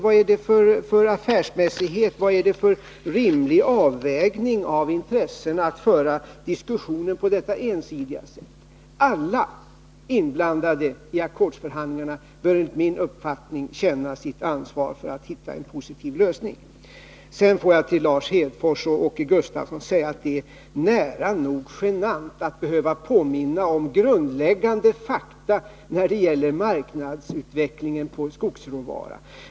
Vad är det för affärsmässighet och vad är det för rimlig avvägning av intressena att föra diskussionen på detta ensidiga sätt? Alla inblandade i ackordsförhandlingarna bör enligt min mening känna sitt ansvar för att finna en positiv lösning. Jag vill sedan till Lars Hedfors och Åke Gustavsson säga att det är nära nog genant att behöva påminna om grundläggande fakta när det gäller marknadsutvecklingen på skogsråvara.